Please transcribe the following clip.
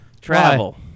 Travel